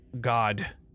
God